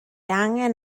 angen